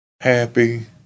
Happy